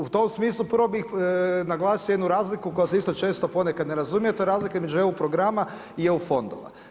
U tom smislu prvo bih naglasio jednu razliku koja se isto često ponekad ne razumije, to je razlika između eu programa i eu fondova.